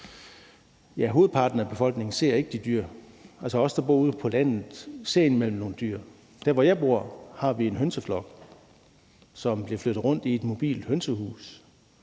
hovedparten af befolkningen ser ikke de dyr. Os, der bor ude på landet, ser indimellem nogle dyr. Der, hvor jeg bor, har vi en hønseflok, som man kan flytte rundt via et mobilt hønsehus,